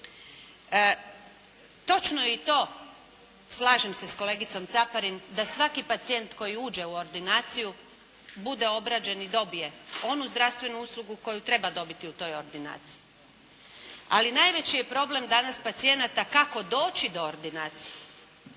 Točno je i to, slažem se sa kolegicom Caparin, da svaki pacijent koji uđe u ordinaciju bude obrađen i dobije onu zdravstvenu uslugu koju treba dobiti u toj ordinaciji. Ali najveći je problem danas pacijenata kako doći do ordinacije,